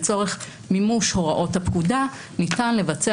לצורך מימוש הוראות הפקודה ניתן לבצע